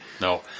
no